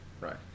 Right